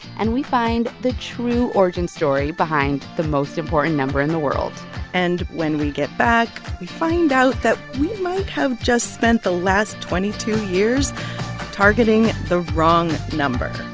and we find the true origin story behind the most important number in the world and when we get back, we find out that we might have just spent the last twenty two years targeting the wrong number